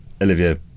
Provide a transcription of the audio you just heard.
Olivia